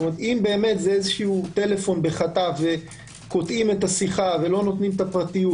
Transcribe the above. אם זה טלפון בחטף וקוטעים את השיחה ולא נותנים את הפרטיות